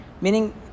Meaning